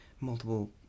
multiple